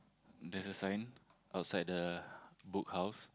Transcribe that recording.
there's a sign outside the Book House